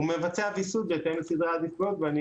הוא מבצע ויסות בהתאם לסדרי עדיפות ואני